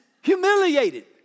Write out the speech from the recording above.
humiliated